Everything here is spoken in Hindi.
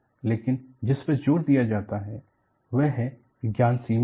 लेकिन जिस पर जोर दिया जाता है वह है कि ज्ञान सीमित है